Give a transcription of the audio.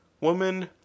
woman